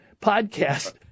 podcast